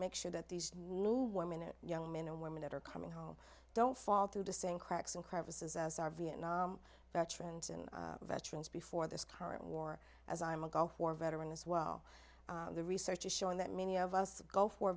make sure that these new one minute young men and women that are coming home don't fall through the same cracks and crevices as our vietnam veterans and veterans before this current war as i'm a gulf war veteran as well the research is showing that many of us gulf war